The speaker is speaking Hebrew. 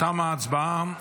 תמה ההצבעה.